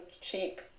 cheap